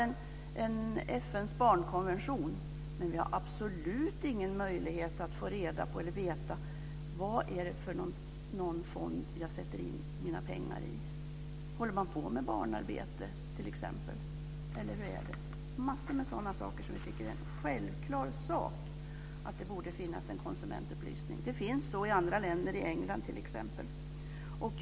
En fond ansluter till FN:s barnkonvention, men man har absolut ingen möjlighet att få veta vad det är för slags fond som man sätter in sina pengar i. Arbetar den t.ex. mot barnarbete? Vi tycker att det är självklart att det på massor av sådana punkter borde finnas något slags konsumentupplysning. Sådan lämnas t.ex. i England.